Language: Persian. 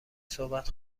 صحبت